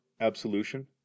absolution